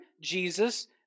Jesus